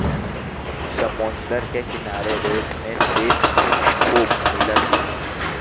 समुंदर के किनारे रेत में सीप खूब मिलत बा